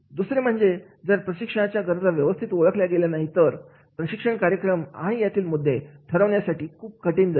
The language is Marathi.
दुसरे म्हणजे जर प्रशिक्षणाच्या गरजा व्यवस्थित ओळखल्या गेल्या नाही तर प्रशिक्षण कार्यक्रम आणि यातील मुद्दे ठरवण्यासाठी खूप कठीण जाईल